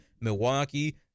Milwaukee